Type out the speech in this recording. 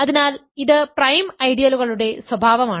അതിനാൽ ഇത് പ്രൈം ഐഡിയലുകളുടെ സ്വഭാവമാണ്